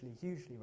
hugely